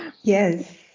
Yes